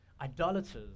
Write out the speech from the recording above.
Idolaters